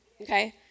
Okay